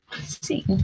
See